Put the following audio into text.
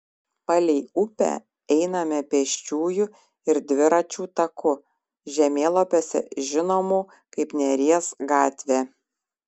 palei upę einame pėsčiųjų ir dviračių taku žemėlapiuose žinomų kaip neries gatvė